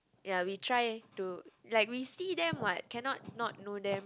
ya we try to like we see them what cannot not know them